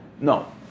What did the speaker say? No